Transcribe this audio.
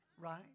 Right